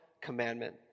commandment